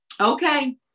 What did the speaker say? Okay